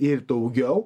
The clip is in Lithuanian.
ir daugiau